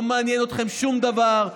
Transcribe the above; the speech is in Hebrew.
לא מעניין אתכם שום דבר,